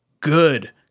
good